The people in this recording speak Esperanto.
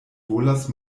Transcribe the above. volas